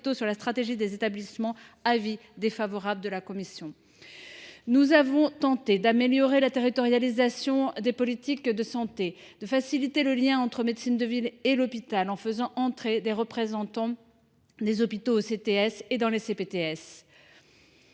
sur la stratégie des établissements : avis défavorable de la commission ! Nous voulions tenter d’améliorer la territorialisation des politiques de santé, faciliter le lien entre médecine de ville et hôpital, en faisant entrer les représentants des hôpitaux dans les CTS